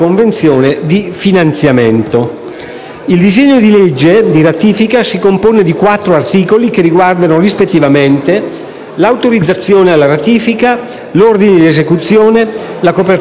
Il disegno di legge di ratifica si compone di quattro articoli che riguardano l'autorizzazione alla ratifica, l'ordine di esecuzione, la copertura finanziaria e l'entrata in vigore.